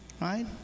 right